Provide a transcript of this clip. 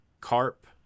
Carp